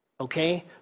Okay